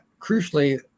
crucially